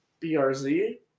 BRZ